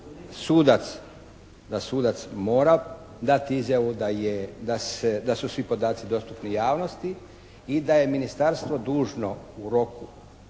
sudac mora dati izjavu da je, da su svi podaci dostupni javnosti i da je ministarstvo dužno u roku